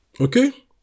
Okay